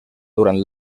durant